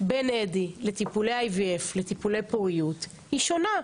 בין אדי לטיפול IVF, לטיפולי פוריות, היא שונה.